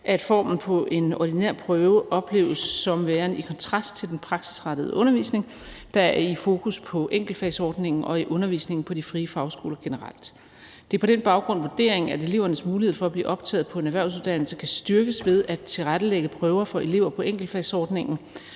at formen på en ordinær prøve opleves som værende i kontrast til den praksisrettede undervisning, der er i fokus på enkeltfagsordningen og i undervisningen på de frie fagskoler generelt. Det er på den baggrund vurderingen, at elevernes mulighed for at blive optaget på en erhvervsuddannelse kan styrkes ved at tilrettelægge prøver for elever på enkeltfagsordningen,